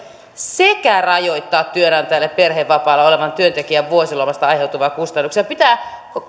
sekä rajoittaa työnantajalle perhevapaalla olevan työntekijän vuosilomasta aiheutuvia kustannuksia pitää